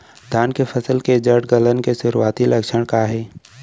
धान के फसल के जड़ गलन के शुरुआती लक्षण का हे?